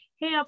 hey